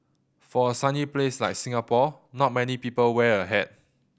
for a sunny place like Singapore not many people wear a hat